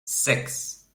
six